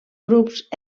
grups